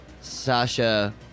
Sasha